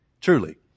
Truly